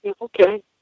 Okay